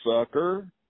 sucker